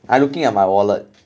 I looking at my wallet